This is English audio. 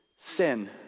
Sin